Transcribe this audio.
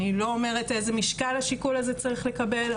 אני לא אומרת איזה משקל השיקול הזה צריך לקבל,